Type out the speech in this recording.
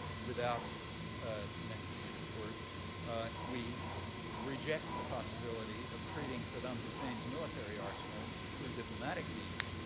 without mentioning it, of course we reject the possibility of treating saddam hussein's military arsenals through diplomatic means,